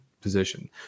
position